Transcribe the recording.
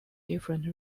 different